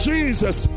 Jesus